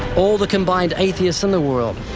all the combined atheists in the world,